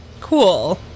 Cool